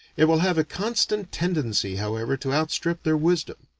it will have a constant tendency however to outstrip their wisdom.